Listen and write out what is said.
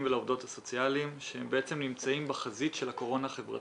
ולעובדות הסוציאליים שהם בעצם נמצאים בחזית של הקורונה החברתית.